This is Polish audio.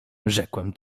rzekłem